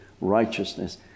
righteousness